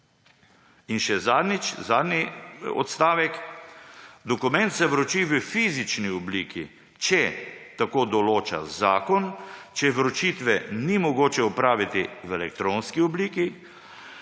In še zadnji odstavek: »Dokument se vroči v fizični obliki, če tako določa zakon, če vročitve ni mogoče opraviti v elektronski obliki,